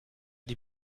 die